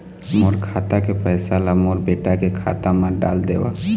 मोर खाता के पैसा ला मोर बेटा के खाता मा डाल देव?